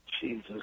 Jesus